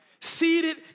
Seated